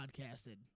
podcasted